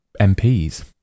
MPs